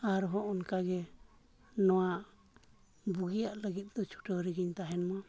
ᱟᱨ ᱦᱚᱸ ᱚᱱᱠᱟᱜᱮ ᱱᱚᱣᱟ ᱵᱩᱜᱤᱭᱟᱜ ᱞᱟᱹᱜᱤᱫ ᱫᱚ ᱪᱷᱩᱴᱟᱹᱣ ᱨᱮᱜᱮᱧ ᱛᱟᱦᱮᱱᱢᱟ